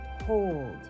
hold